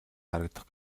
харагдах